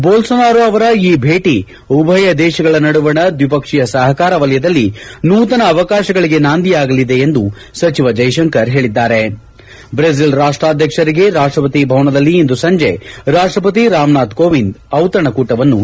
Bolsonaro ಅವರ್ ಈ ಭೇಟಿ ಉಭಯ ದೇಶಗಳ ನಡುವಣ ದ್ವಿಪಕ್ಷೀಯ ಸಪಕಾರ ವಲಯದಲ್ಲಿ ನೂತನ ಅವಕಾಶಗಳಿಗೆ ನಾಂದಿಯಾಗಲಿದೆ ಎಂದು ಸಚಿವ ಜೈಶಂಕರ್ ಬ್ರೆಜೆಲ್ ರಾಷ್ಲಾಧ್ಯಕ್ಷರಿಗೆ ರಾಷ್ಟಪತಿ ಭವನದಲ್ಲಿ ಇಂದು ಸಂಜೆ ರಾಷ್ಟಪತಿ ರಾಮನಾಥ್ ಕೋವಿಂದ್ ಡಿತಣಕೂಟವನ್ನು ಹೇಳಿದ್ದಾರೆ